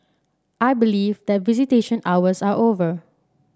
I believe that visitation hours are over